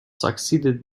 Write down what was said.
succeeded